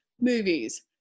movies